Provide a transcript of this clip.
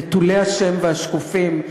נטולי השם והשקופים,